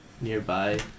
nearby